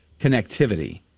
connectivity